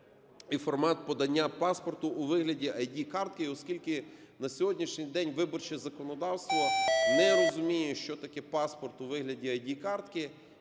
і формат подання паспорту у вигляді ID-картки, оскільки на сьогоднішній день виборче законодавство не розуміє, що таке паспорт у вигляді ID-картки.